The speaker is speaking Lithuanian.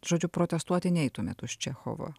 žodžiu protestuoti neitumėt už čechovo